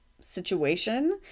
situation